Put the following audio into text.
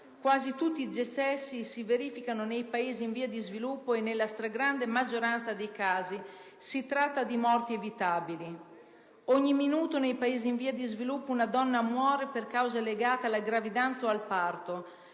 quasi tutti i decessi si verificano nei Paesi in via di sviluppo e nella stragrande maggioranza dei casi si tratta di morti evitabili. Nei Paesi in via di sviluppo, ogni minuto una donna muore per cause legate alla gravidanza o al parto: